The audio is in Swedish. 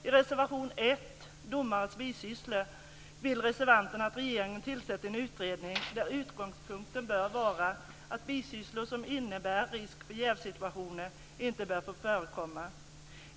I reservation 1, Domares bisysslor, vill reservanterna att regeringen tillsätter en utredning där utgångspunkten bör vara att bisysslor som innebär risk för jävsituationer inte bör få förekomma.